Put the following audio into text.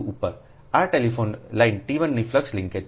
આ telephone line t 1 ની flux linkage છે